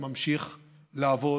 נמצא במצב